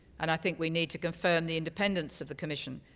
and i think we need to confirm the independence of the commission,